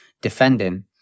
defending